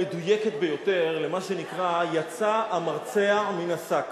המדויקת ביותר למה שנקרא "יצא המרצע מן השק".